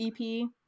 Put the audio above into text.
EP